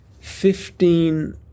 Fifteen